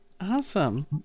Awesome